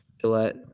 Gillette